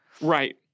Right